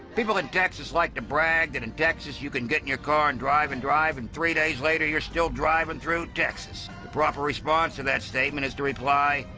people in texas like to brag that in texas you can get in your car and drive and drive and three days later you're still driving and through texas. the proper response to that statement is to reply,